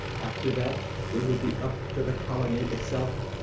after that it would be up to the colony itself.